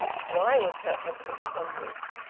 why was her husband a convict?